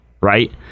Right